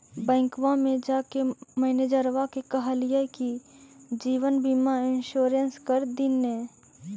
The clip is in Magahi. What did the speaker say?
बैंकवा मे जाके मैनेजरवा के कहलिऐ कि जिवनबिमा इंश्योरेंस कर दिन ने?